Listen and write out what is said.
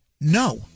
No